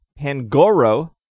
Pangoro